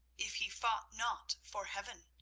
if he fought not for heaven?